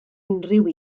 unrhyw